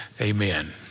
Amen